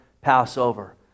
Passover